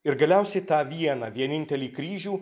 ir galiausiai tą vieną vienintelį kryžių